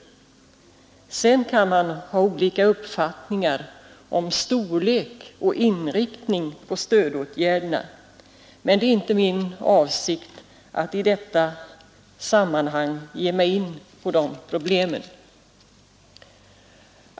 Sedan kan man ha olika uppfattningar om storleken av och inriktningen på stödåtgärderna, men det är inte min avsikt att i detta sammanhang ge mig in på de problemen.